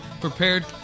prepared